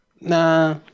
nah